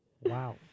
Wow